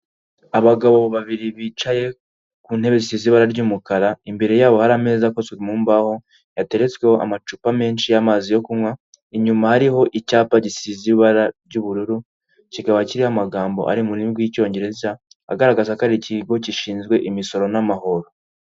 Abagabo babiri bicaye ku ntebe zisize ibara ry'umukara, imbere yabo hari ameza akozwe mu mbaho yateretsweho amacupa menshi y'amazi yo kunywa, inyuma hariho icyapa gisize ibara ry'ubururu, kikaba kiriho amagambo ari mu rurini rw'icyongereza agaragaza ko ari ikigo gishinzwe imisoro n'amahoro.